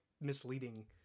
misleading